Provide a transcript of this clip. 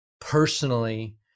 personally